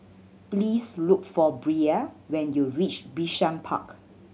please look for Bria when you reach Bishan Park